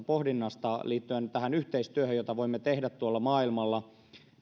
pohdinnasta liittyen yhteistyöhön jota voimme tehdä tuolla maailmalla